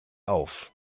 auf